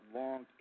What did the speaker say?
long